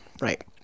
Right